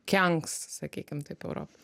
kenks sakykim taip europai